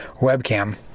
webcam